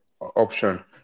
Option